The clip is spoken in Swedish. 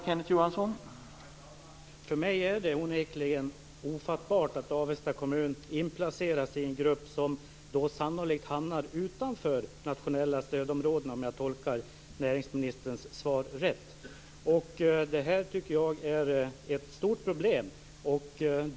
Herr talman! För mig är det onekligen ofattbart att Avesta kommun inplaceras i en grupp som sannolikt hamnar utanför de nationella stödområdena, om jag tolkar näringsministerns svar rätt. Det här tycker jag är ett stort problem.